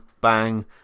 bang